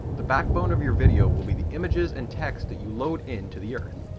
the backbone of your video will be the images and text that you load into the earth.